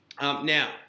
Now –